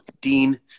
Dean